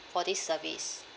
for this service